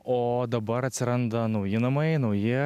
o dabar atsiranda nauji namai nauji